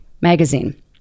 Magazine